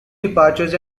departures